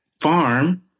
farm